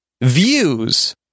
views